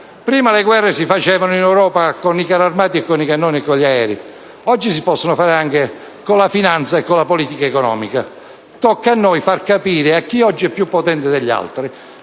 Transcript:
tempo le guerre si combattevano in Europa con i carri armati, con i cannoni e con gli aerei: oggi si possono fare anche con la finanza e con la politica economica. Tocca a noi far capire a chi oggi è più potente degli altri